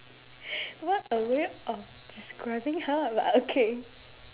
what a way of describing her but okay